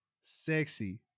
Sexy